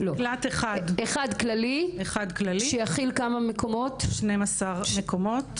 אחד כללי שיכיל 12 מקומות.